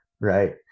right